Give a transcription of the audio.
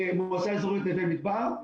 במועצה האזורית נווה מדבר.